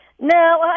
No